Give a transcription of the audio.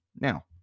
now